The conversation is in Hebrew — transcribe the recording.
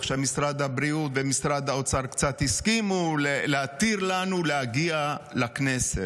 עכשיו משרד הבריאות ומשרד האוצר קצת הסכימו להתיר לנו להגיע לכנסת.